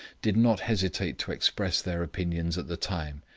did not hesitate to express their opinions at the time,